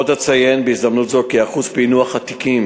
עוד אציין בהזדמנות זו כי אחוז פענוח התיקים